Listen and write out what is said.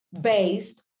based